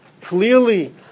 clearly